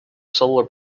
solar